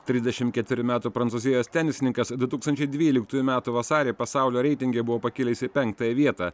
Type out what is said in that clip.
trisdešim ketrverių metų prancūzijos tenisininkas du tūkstančiai dvyliktųjų metų vasarį pasaulio reitinge buvo pakilęs į penktąją vietą